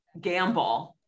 gamble